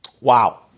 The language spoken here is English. Wow